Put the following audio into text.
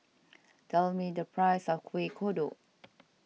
tell me the price of Kuih Kodok